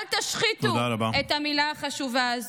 אל תשחיתו את המילה החשובה הזו.